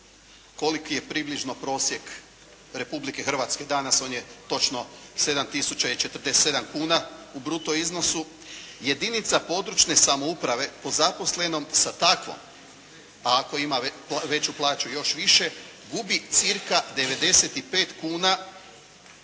koliki je približno prosjek Republike Hrvatske danas, on je točno 7 tisuća i 47 kuna u bruto iznosu, jedinica područne samouprave po zaposlenom sa takvom, a ako ima veću plaću još više, gubi cca 95 kuna